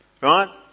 right